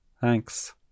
Thanks